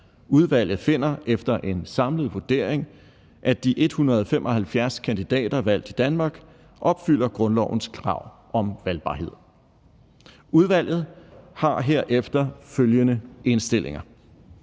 Udvalget finder efter en samlet vurdering, at de 175 kandidater valgt i Danmark opfylder grundlovens krav om valgbarhed. Udvalget har herefter følgende indstillinger: